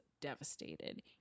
devastated